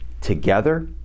together